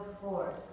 force